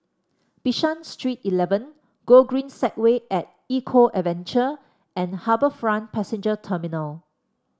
Bishan Street Eleven Gogreen Segway At Eco Adventure and HarbourFront Passenger Terminal